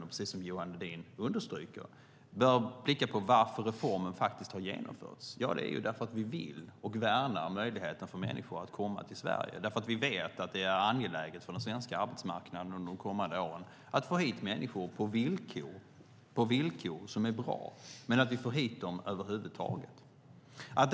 Precis som Johan Hedin understryker bör vi titta på varför reformen har genomförts. Jo, det är för att vi värnar möjligheten för människor att komma till Sverige. Vi vet att det under de kommande åren är angeläget för den svenska arbetsmarknaden att få hit människor på villkor som är bra och att få hit dem över huvud taget.